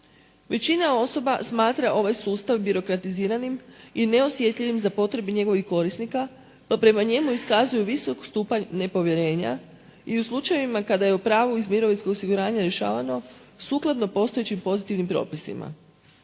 Većina osoba smatra ovaj sustav birokratiziranim i ne osjetljivim za potrebe njegovih korisnika, pa prema njemu iskazuju visok stupanj nepovjerenja i u slučajevima kada je u pravu iz mirovinskog osiguranja rješavano sukladno postojećim pozitivnim propisima.